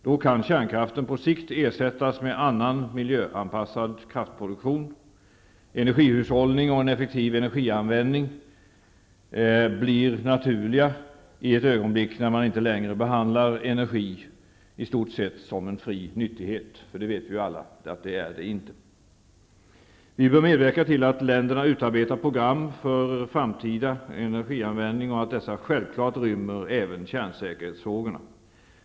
Då kan kärnkraften på sikt ersättas med annan miljöanpassad kraftproduktion. Energihushållning och effektiv energianvändning blir naturliga i ett ögonblick när man inte längre behandlar energi som en fri nyttighet. Det vet vi ju alla att den inte är. Vi bör medverka till att länderna utarbetar program för framtida energianvändning och att dessa även rymmer kärnsäkerhetsfrågorna.